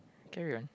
carry on